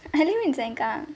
I live in sengkang